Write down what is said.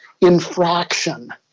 infraction